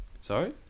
Sorry